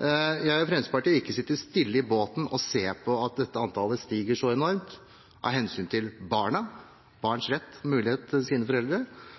Jeg og Fremskrittspartiet vil ikke sitte stille i båten og se på at dette antallet stiger så enormt, av hensyn til barns rett og mulighet til å være hos sine foreldre